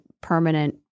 permanent –